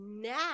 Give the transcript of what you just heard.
now